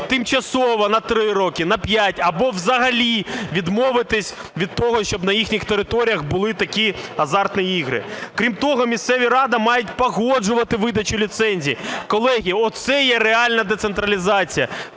тимчасово на 3 роки, на 5 або взагалі відмовитись від того, щоб на їхніх територіях були такі азартні ігри. Крім того місцеві ради мають погоджувати видачу ліцензій. Колеги, оце є реальна децентралізація,